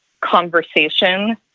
conversation